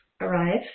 arrive